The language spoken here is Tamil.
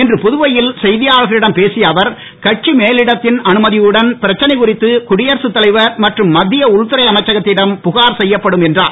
இன்று புதுவையில் செய்தியாளர்களிடம் பேசிய அவர் கட்சி மேலிடத்தின் அனுமதியுடன் பிரச்னை குறித்து குடியரசுத் தலைவர் மற்றும் மத்திய உள்துறை அமைச்சகத்திடம் புகார் செய்யப்படும் என்றார்